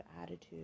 attitude